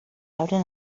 abren